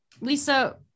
Lisa